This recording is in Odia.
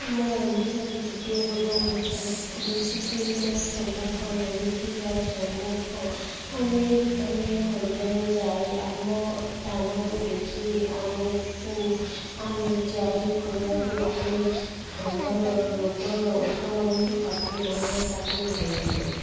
ଆମ ଓଡ଼ିଶାରେ କୀଟରୋଗ ହୋଇଥାଏ କୃଷିିକେନ୍ଦ୍ର ସମ୍ମୁଖ ହୋଇଥିବା ସମ୍ମୁଖ ଆମେ ଆମେ ଖଡ଼ିଆରେ ଯାଇ ଆମ ଧାନକୁ ଦେଖି ଆମେ କୁ ଆମେ ଯାଇକି ଖଡ଼ିଆରକୁ ଆମେ ଧାନର ରୋଗର ଓଷ ଆଣି ତା'ପରେ ମାନ ତା'ପରେ ଭଲ ହୁଏ